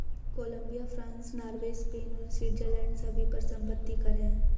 Colombia, France, Norway, Spain और Switzerland सभी पर संपत्ति कर हैं